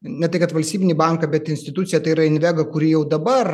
ne tai kad valstybinį banką bet instituciją tai yra invega kuri jau dabar